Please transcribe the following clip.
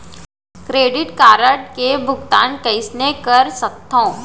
Credit card के भुगतान कईसने कर सकथो?